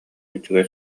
үчүгэй